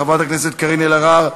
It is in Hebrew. חברת הכנסת קארין אלהרר,